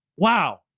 wow,